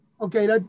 okay